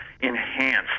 enhanced